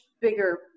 bigger